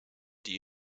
die